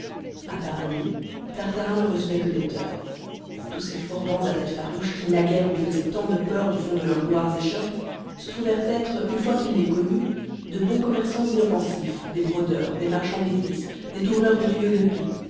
a part lui tartarin ne recevait que des teurs tous ces forbans à têtes farouches qui naguère lui faisaient tant de peur du fond de leurs noires échoppes se trouvèrent être une fois qu'il les connut de bons commerçants inoffensifs des brodeurs des marchands d'épices des tourneurs de tuyaux de pipes